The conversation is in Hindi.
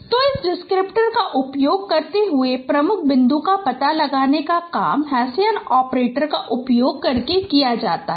तो इस डिस्क्रिप्टर का उपयोग करते हुए प्रमुख बिंदु का पता लगाने का काम हेसियन ऑपरेटर का उपयोग करके किया जाता है